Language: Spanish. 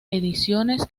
ediciones